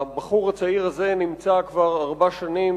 הבחור הצעיר הזה נמצא כבר ארבע שנים